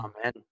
Amen